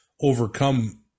overcome